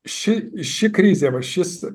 ši ši krizė va šis